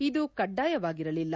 ಇದು ಕಡ್ಡಾಯವಾಗಿರಲಿಲ್ಲ